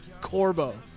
Corbo